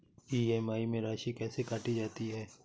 EMI में राशि कैसे काटी जाती है?